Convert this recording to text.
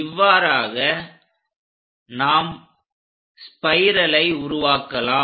இவ்வாறாக நாம் ஸ்பைரலை உருவாக்கலாம்